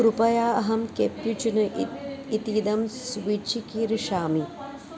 कृपया अहं केप्युचिने इत् इत्येदं स्विचिकीर्षामि